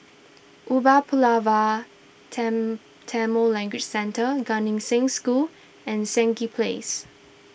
Umar Pulavar ten Tamil Language Centre Gan Eng Seng School and Stangee Place